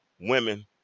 women